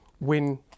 Win